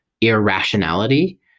irrationality